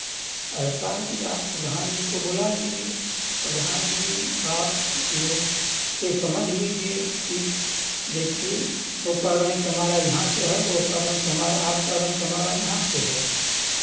ऐसा है की आप प्रधान जी को बुला लीजिए प्रधान जी आपलोग से समझ लीजिए की देखिए वो कह रहे हैं कि हमारा यहाँ है वो कह रहे हैं कि हमारा आप कह रहे हैं हमारा यहाँ पे है